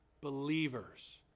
believers